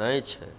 नैय छैय?